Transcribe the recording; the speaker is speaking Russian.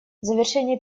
завершение